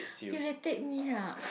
irritate me !huh!